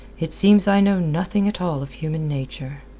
it seems i know nothing at all of human nature.